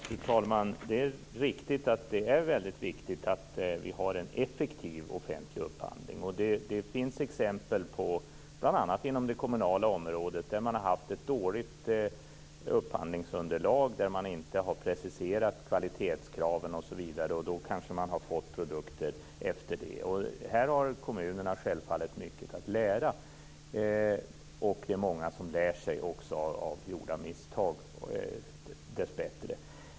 Fru talman! Det är riktigt att det är väldigt viktigt att vi har en effektiv offentlig upphandling. Det finns exempel, bl.a. inom det kommunala området, på dåligt upphandlingsunderlag. Man har inte preciserat kvalitetskraven osv., och då kanske man har fått produkter därefter. Här har kommunerna självfallet mycket att lära, och det är dessbättre också många som lär sig av gjorda misstag.